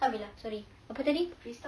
alhamdulillah sorry apa tadi